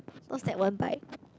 those that won't bite